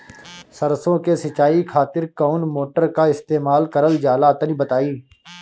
सरसो के सिंचाई खातिर कौन मोटर का इस्तेमाल करल जाला तनि बताई?